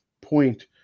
point